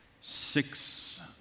six